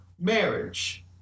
marriage